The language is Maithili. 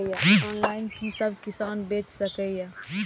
ऑनलाईन कि सब किसान बैच सके ये?